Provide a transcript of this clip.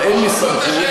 אבל אין לי סמכות.